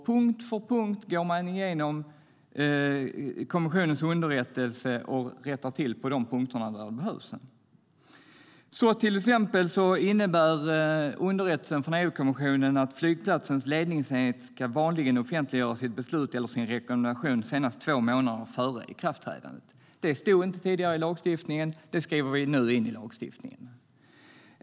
Punkt för punkt går man igenom kommissionens underrättelse och rättar till på de punkter där det behövs. Ett exempel på vad underrättelsen från EU-kommissionen innebär: "Flygplatsens ledningsenhet ska vanligen offentliggöra sitt beslut eller sin rekommendation senast två månader före ikraftträdandet." Detta stod tidigare inte i lagstiftningen, och det skriver vi nu in i lagstiftningen.